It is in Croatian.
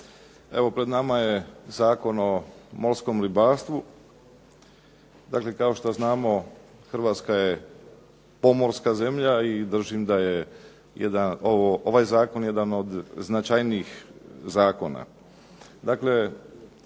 Evo, pred nama je Zakon o morskom ribarstvu. Dakle, kao što znamo Hrvatska je pomorska zemlja i držim da je ovaj zakon jedan od značajnijih zakona.